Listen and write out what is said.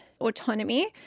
autonomy